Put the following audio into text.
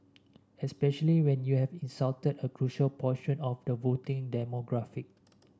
especially when you have insulted a crucial portion of the voting demographic